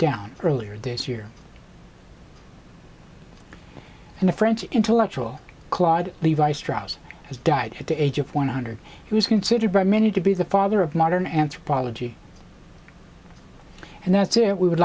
down earlier this year and the french intellectual claude levi strauss has died at the age of one hundred he was considered by many to be the father of modern anthropology and that's it we would